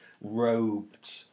robed